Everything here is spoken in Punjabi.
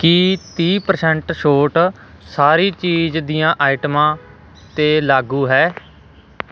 ਕੀ ਤੀਹ ਪਰਸੈਂਟ ਛੋਟ ਸਾਰੀ ਚੀਜ਼ ਦੀਆਂ ਆਈਟਮਾਂ 'ਤੇ ਲਾਗੂ ਹੈ